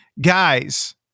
Guys